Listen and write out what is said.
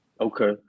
Okay